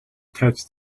touched